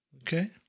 Okay